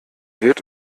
wird